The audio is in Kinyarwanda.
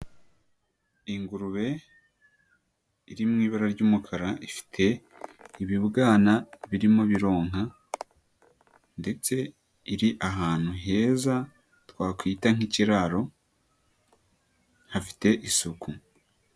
Ingurube iri mu ibara ry'umukara, ifite ibibwana birimo bironka ndetse iri ahantu heza twakwita nk'ikiraro hafite isuku.